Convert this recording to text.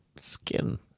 skin